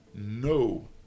No